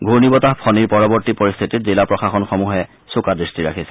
ঘূৰ্ণী বতাহ ফণীৰ পৰৱৰ্তী পৰিস্থিতত জিলা প্ৰশাসনসমূহে চোকা দৃষ্টি ৰাখিছে